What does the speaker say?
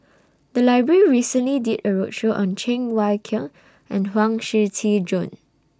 The Library recently did A roadshow on Cheng Wai Keung and Huang Shiqi Joan